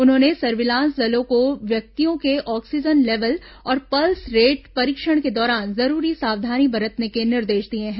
उन्होंने संर्विलास दलों को व्यक्तियों के ऑक्सीजन लेवल और पल्स रेट परीक्षण के दौरान जरूरी सावधानी बरतने के निर्देश दिए हैं